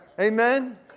Amen